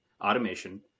automation